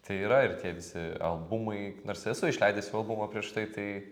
tai yra ir tie visi albumai nors esu išleidęs jau albumą prieš tai tai